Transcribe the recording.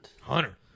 Hunter